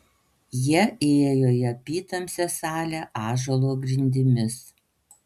jie įėjo į apytamsę salę ąžuolo grindimis